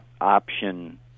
option